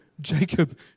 Jacob